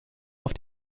auf